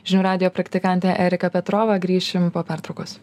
žinių radijo praktikantė erika petrova grįšim po pertraukos